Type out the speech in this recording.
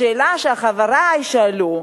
השאלה שחברי שאלו: